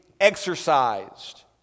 exercised